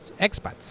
expats